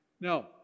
Now